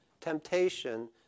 Temptation